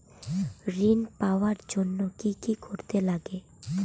ঋণ পাওয়ার জন্য কি কি করতে লাগে?